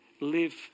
live